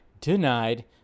Denied